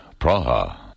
Praha